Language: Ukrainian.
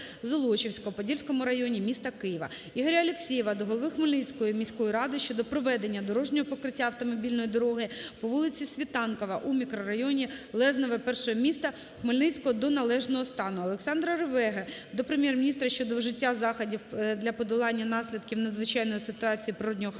Золочівська у Подільському районі міста Києва. Ігоря Алексєєва до голови Хмельницької міської ради щодо приведення дорожнього покриття автомобільної дороги по вулиці Світанкова у мікрорайоні Лезневе-1міста Хмельницького до належного стану. Олександра Ревеги до Прем'єр-міністра щодо вжиття заходів для подолання наслідків надзвичайної ситуації природного характеру